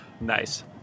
Nice